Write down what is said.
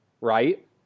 right